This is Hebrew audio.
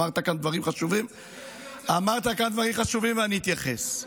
אמרת כאן דברים חשובים ואני אתייחס.